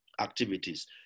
activities